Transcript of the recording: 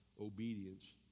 obedience